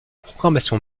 programmation